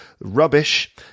rubbish